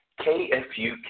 KFUK